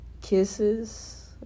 kisses